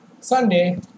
Sunday